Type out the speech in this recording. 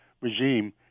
regime